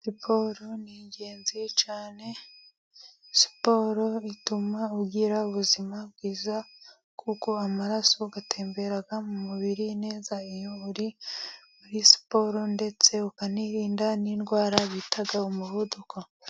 Siporo ni ingenzi cyane, siporo ituma ugira ubuzima bwiza, kuko amaraso atembera mu mubiri neza iyo uri muri siporo, ndetse ukanirinda n'indwara bita umuvuduko.